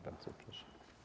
Bardzo proszę.